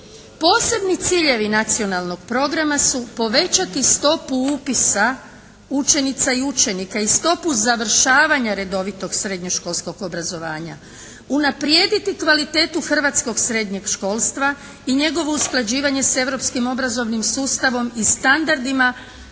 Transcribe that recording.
Posebni ciljevi Nacionalnog programa su: povećati stopu upisa učenica i učenika i stopu završavanja redovitog srednješkolskog obrazovanja, unaprijediti kvalitetu hrvatskog srednjeg školstva i njegovo usklađivanje s europskim obrazovnim sustavom i standardima